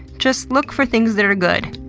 just look for things that are good.